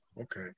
okay